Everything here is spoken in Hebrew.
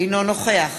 אינו נוכח